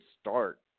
start